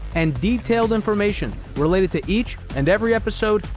and detailed information related to each and every episode,